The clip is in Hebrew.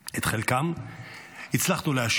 את חלקם הצלחנו להשיב,